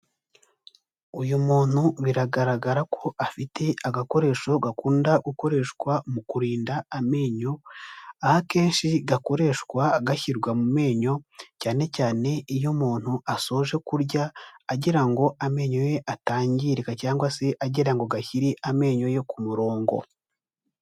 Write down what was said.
Uyu muntu biragaragara ko afite agakoresho gakunda gukoreshwa mu kurinda amenyo, aho akenshi gakoreshwa gashyirwa mu menyo, cyane cyane iyo umuntu asoje kurya, agira ngo ngo amenyo ye atangirika cyangwa se agira ngo gashyire amenyo ye ku murongo.